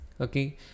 okay